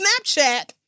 snapchat